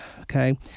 okay